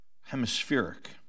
hemispheric